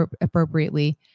appropriately